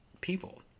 people